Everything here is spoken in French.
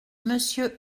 monsieur